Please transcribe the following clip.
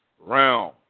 realm